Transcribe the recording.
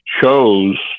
chose